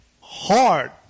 hard